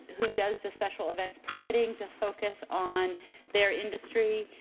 who does this special events permitting to focus on their industry.